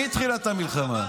מתחילת המלחמה.